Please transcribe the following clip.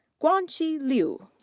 guanqi lyu.